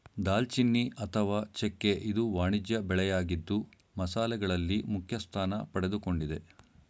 ದಾಲ್ಚಿನ್ನಿ ಅಥವಾ ಚೆಕ್ಕೆ ಇದು ವಾಣಿಜ್ಯ ಬೆಳೆಯಾಗಿದ್ದು ಮಸಾಲೆಗಳಲ್ಲಿ ಮುಖ್ಯಸ್ಥಾನ ಪಡೆದುಕೊಂಡಿದೆ